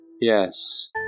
Yes